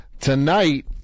Tonight